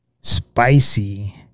spicy –